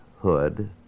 Hood